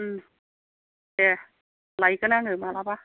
दे लायगोन आङो माब्लाबा